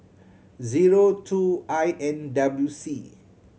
zero two I N W C